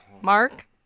Mark